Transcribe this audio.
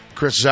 Chris